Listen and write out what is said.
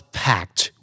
packed